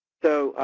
so,